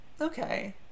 Okay